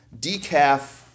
decaf